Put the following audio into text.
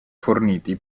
forniti